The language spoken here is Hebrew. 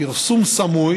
פרסום סמוי